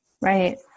Right